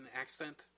accent